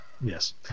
Yes